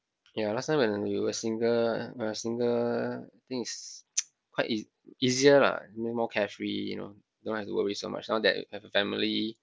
ya last time when we were single when I was single I think it's quite ea~ easier lah I mean more carefree you know don't have to worry so much now that have a family